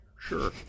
sure